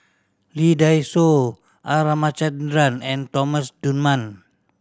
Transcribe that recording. Lee Dai Soh R Ramachandran and Thomas Dunman